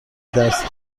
دست